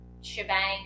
shebang